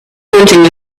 pointing